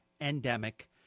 endemic